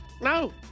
No